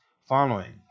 following